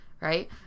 right